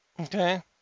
Okay